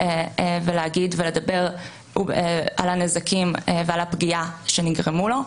ולדבר על הנזקים ועל הפגיעה שנגרמו לו,